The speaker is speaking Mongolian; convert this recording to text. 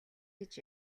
гэж